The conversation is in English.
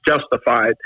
justified